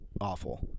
awful